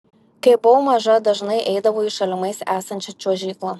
kai buvau maža dažnai eidavau į šalimais esančią čiuožyklą